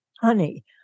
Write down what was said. Honey